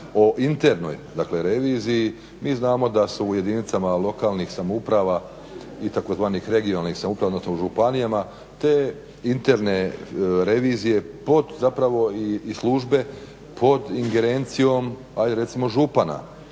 o internoj reviziji mi znamo da su u jedinicama lokalnih samouprava i tzv. regionalnih samouprava, odnosno u županijama, te interne revizije pod zapravo ingerencijom ajde